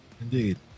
Indeed